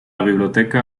biblioteca